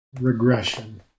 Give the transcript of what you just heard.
Regression